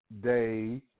Day